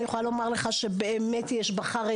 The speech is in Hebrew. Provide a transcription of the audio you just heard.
אני יכולה לומר לך שבאמת יש בחרדי,